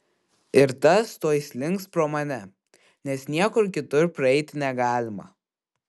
ir tas tuoj slinks pro mane nes niekur kitur praeiti negalima